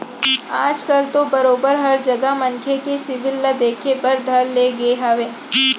आज कल तो बरोबर हर जघा मनखे के सिविल ल देखे बर धर ले गे हावय